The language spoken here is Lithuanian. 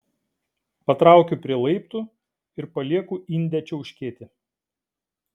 patraukiu prie laiptų ir palieku indę čiauškėti